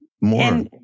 more